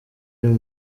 y’uyu